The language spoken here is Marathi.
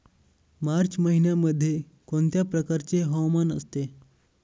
मार्च महिन्यामध्ये कोणत्या प्रकारचे हवामान असते?